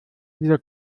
dieser